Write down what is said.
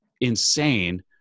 insane